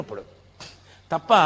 Tapa